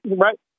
Right